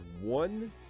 one